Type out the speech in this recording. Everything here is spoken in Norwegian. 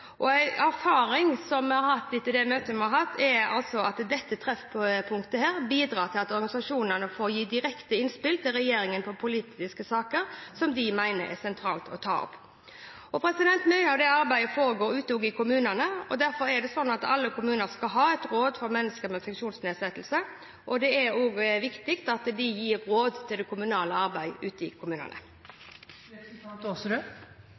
at dette treffpunktet bidrar til at organisasjonene får gi direkte innspill til regjeringen om politiske saker som de mener er sentrale å ta opp. Mye av dette arbeidet foregår ute i kommunene. Alle kommuner skal ha et råd for mennesker med funksjonsnedsettelser. Det er viktig at de gir råd i det kommunale arbeidet ute i